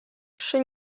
przy